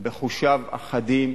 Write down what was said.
בחושיו החדים,